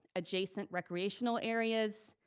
adjacent recreational areas,